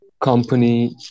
company